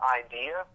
idea